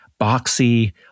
boxy